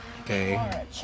Okay